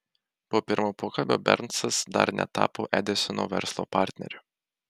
po pirmo pokalbio bernsas dar netapo edisono verslo partneriu